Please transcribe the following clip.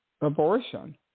abortion